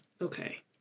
Okay